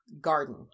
garden